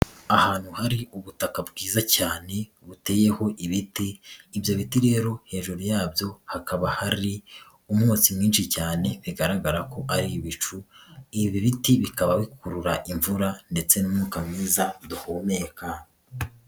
Ahantu hari ubutaka bwiza cyane buteyeho ibiti, ibyo biti rero hejuru yabyo hakaba hari umwotsi mwinshi cyane bigaragara ko ari ibicu, ibi biti bikaba bikurura imvura ndetse n'umwuka mwiza duhumeka.